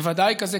בוודאי כזה,